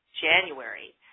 January